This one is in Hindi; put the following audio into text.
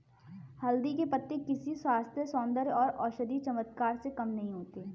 हल्दी के पत्ते किसी स्वास्थ्य, सौंदर्य और औषधीय चमत्कार से कम नहीं होते